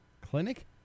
Clinic